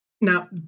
now